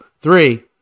three